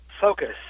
focus